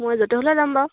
মই য'তে হ'লে যাম বাৰু